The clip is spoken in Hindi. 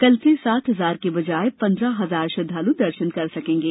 कल से सात हजार की बजाय पन्द्रह हजार श्रद्धालु दर्शन कर सकेंगे